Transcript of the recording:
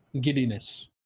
Giddiness